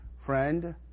friend